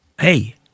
Hey